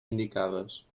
indicades